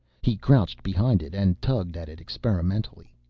he crouched behind it and tugged at it experimentally.